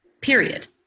period